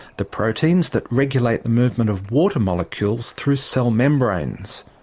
the proteins that regulate the movement of water molecules through cell membranes.